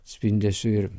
spindesiu ir